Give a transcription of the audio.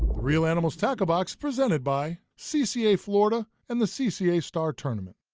reel animals tackle box presented by cca florida and the cca star tournament.